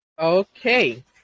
Okay